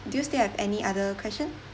do you still have any other question